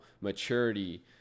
maturity